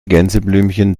gänseblümchen